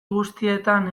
guztietan